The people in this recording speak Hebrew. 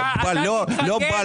אתה כחבר ועדת כספים --- לא בא לך,